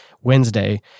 Wednesday